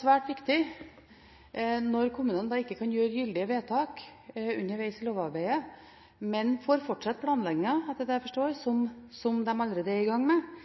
svært viktig når kommunene ikke kan gjøre gyldige vedtak underveis i lovarbeidet – men får fortsette planleggingen, etter det jeg forstår, som de allerede er i gang med